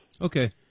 Okay